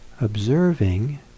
observing